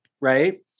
Right